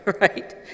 right